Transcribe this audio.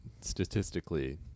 Statistically